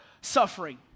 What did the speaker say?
suffering